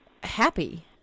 happy